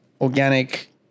organic